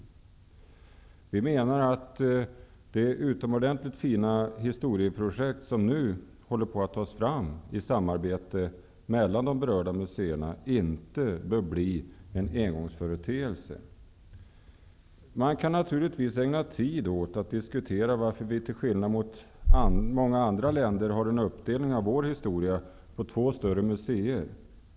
Vi socialdemokrater menar att det utomordentligt fina historieprojekt som nu håller på att tas fram i samarbete mellan de berörda museerna inte bör bli en engångsföreteelse. Man kan naturligtvis ägna tid åt att diskutera varför vi till skillnad mot många andra länder har en uppdelning av vår historia på två större museer.